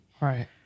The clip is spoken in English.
Right